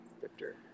Victor